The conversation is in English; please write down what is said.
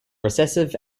recessive